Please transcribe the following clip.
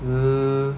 mm